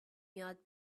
یاد